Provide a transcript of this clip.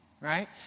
right